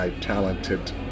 talented